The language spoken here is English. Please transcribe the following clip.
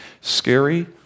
scary